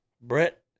Brett